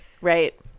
right